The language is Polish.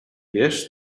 wiesz